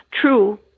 true